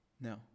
No